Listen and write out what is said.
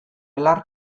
belar